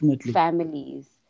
families